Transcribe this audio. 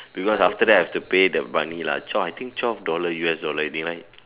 because after that I have to pay the money lah twelve I think twelve dollar U_S dollar is it right